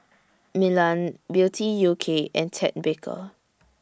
Milan Beauty U K and Ted Baker